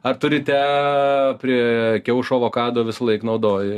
ar tu ryte prie kiaušo avokado visąlaik naudoji